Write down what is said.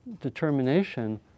determination